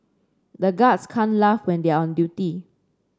the guards can't laugh when they are on duty